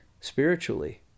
spiritually